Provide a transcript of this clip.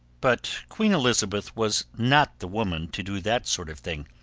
but queen elizabeth was not the woman to do that sort of thing.